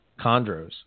chondros